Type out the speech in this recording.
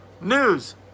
news